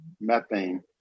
methane